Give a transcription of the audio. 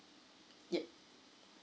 yeah